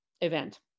Event